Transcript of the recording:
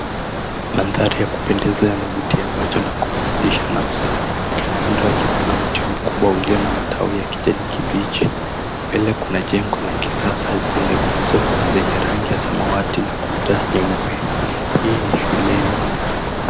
Mandhari ya kupendeza yanavutia macho na kuburudisha nafsi. Kando yake kuna mti mkubwa ulio na matawi ya kijani kibichi. Mbele kuna jengo la kisasa lenye nguzo yenye rangi ya samawati na kuta nyeupe. Hii ni shuleni.